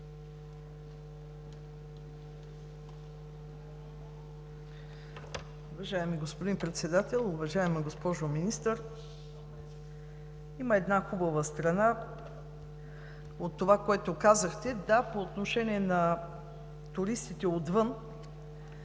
Уважаеми господин Председател! Уважаема госпожо Министър, има една хубава страна от това, което казахте. Да, по отношение на туристите отвън